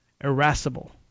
irascible